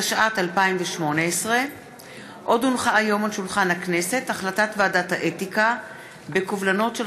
התשע"ט 2018. החלטת ועדת האתיקה בקובלנות של